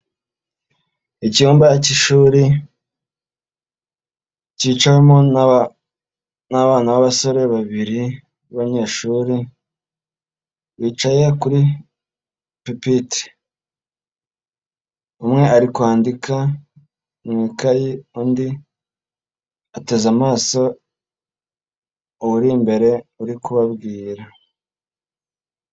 Icyumba k'ishuri, kicawemo n'abana b'abasore babiri b'abanyeshuri, bicaye kuri pipitire. Umwe ari kwandi mu ikayi, undi ateze amaso uri imbere, uri kubabwira.